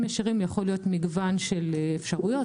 ישירים יכול להיות מגוון של אפשרויות,